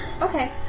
Okay